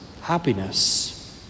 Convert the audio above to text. happiness